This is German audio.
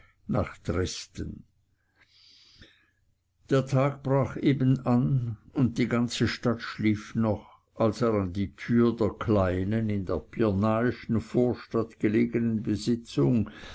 nach dresden der tag brach eben an und die ganze stadt schlief noch als er an die tür der kleinen in der pirnaischen vorstadt gelegenen besitzung